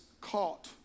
caught